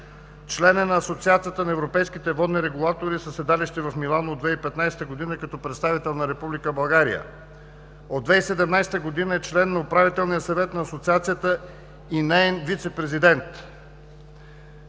Член е на Асоциацията на европейските водни регулатори със седалище в Милано от 2015 г. като представител на Република България. От 2017 г. е член на Управителния съвет на Асоциацията и неин вицепрезидент.